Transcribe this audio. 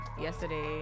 yesterday